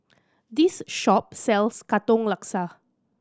this shop sells Katong Laksa